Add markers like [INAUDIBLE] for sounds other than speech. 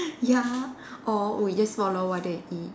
ya [LAUGHS] or we just follow what they eat